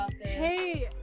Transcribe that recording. hey